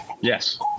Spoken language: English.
Yes